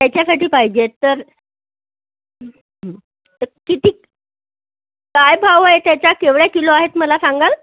त्याच्यासाठी पायजेत तर तर किती काय भावए त्याचा केवढ्या किलो आहेत मला सांगाल